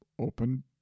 open